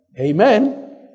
Amen